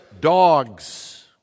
dogs